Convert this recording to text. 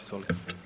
Izvolite.